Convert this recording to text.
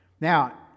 Now